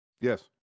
Yes